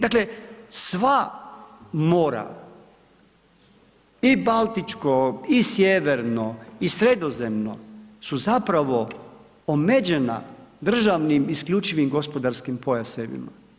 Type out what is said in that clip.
Dakle, sva mora i Baltičko i Sjeverno i Sredozemno su zapravo omeđena državnim isključivim gospodarskim pojasevima.